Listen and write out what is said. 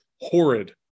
horrid